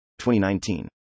2019